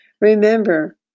Remember